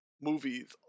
movies